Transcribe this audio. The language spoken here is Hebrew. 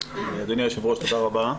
אדוני היושב ראש, תודה רבה.